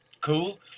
cool